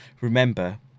remember